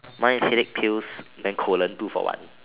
mine is headache pills then colon two for one